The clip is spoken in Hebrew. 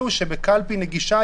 הכנסת מלכיאלי,